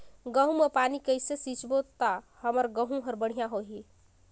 गहूं म पानी कइसे सिंचबो ता हमर गहूं हर बढ़िया होही?